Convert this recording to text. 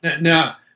Now